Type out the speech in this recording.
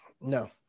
no